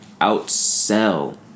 outsell